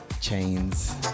chains